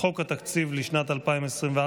התשפ"ד 2023,